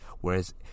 whereas